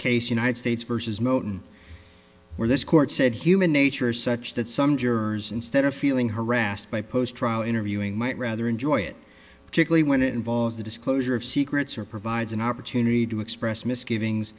case united states versus moten where this court said human nature is such that some jurors instead of feeling harassed by post trial interviewing might rather enjoy it particularly when it involves the disclosure of secrets or provides an opportunity to express misgivings